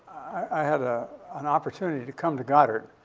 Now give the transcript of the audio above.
i had ah an opportunity to come to goddard.